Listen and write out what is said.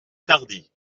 tardy